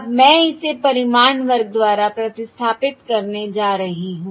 अब मैं इसे परिमाण वर्ग द्वारा प्रतिस्थापित करने जा रही हूं